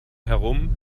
herum